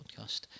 podcast